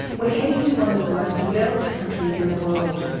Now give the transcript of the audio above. we're heading to one of the most developed countries in the world.